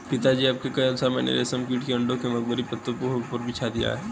पिताजी आपके कहे अनुसार मैंने रेशम कीट के अंडों को मलबरी पत्तों के ऊपर बिछा दिया है